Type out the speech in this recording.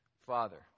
father